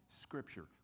scripture